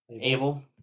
Abel